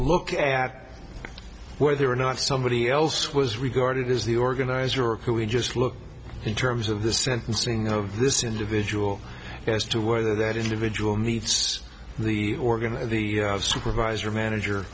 look at whether or not somebody else was regarded as the organizer we just look in terms of the sentencing of this individual as to whether that individual needs the organs of the supervisor or manager